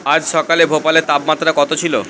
আজ সকালে ভোপালের তাপমাত্রা কত ছিল